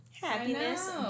happiness